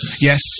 Yes